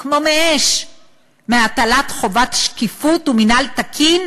כמו מאש מהטלת חובת שקיפות ומינהל תקין,